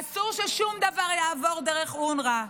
אסור ששום דבר יעבור דרך אונר"א.